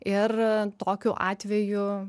ir tokiu atveju